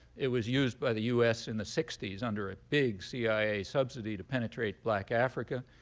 it was used by the us in the sixty s under a big cia subsidy to penetrate black africa.